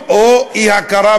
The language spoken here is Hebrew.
ואחריו,